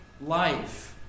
life